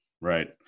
Right